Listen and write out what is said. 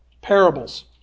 parables